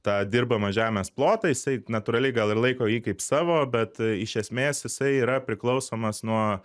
tą dirbamą žemės plotą jisai natūraliai gal ir laiko jį kaip savo bet iš esmės jisai yra priklausomas nuo